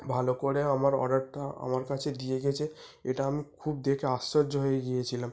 ভালো করে আমার অর্ডারটা আমার কাছে দিয়ে গেছে এটা আমি খুব দেখে আশ্চর্য হয়ে গিয়েছিলাম